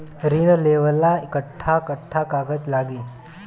ऋण लेवेला कट्ठा कट्ठा कागज लागी?